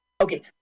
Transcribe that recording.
Okay